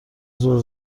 زور